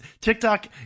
TikTok